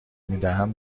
میدهم